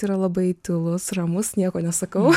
yra labai tylus ramus nieko nesakau